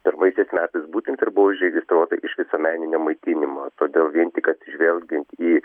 pirmaisiais metais būtent ir buvo užregistruota visuomeninio maitinimo todėl vien tik atsižvelgiant į